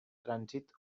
trànsit